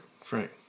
Frank